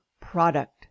product